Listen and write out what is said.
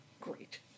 great